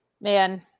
man